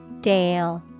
Dale